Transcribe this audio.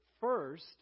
first